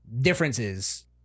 differences